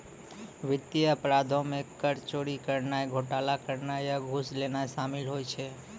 वित्तीय अपराधो मे कर चोरी करनाय, घोटाला करनाय या घूस लेनाय शामिल होय छै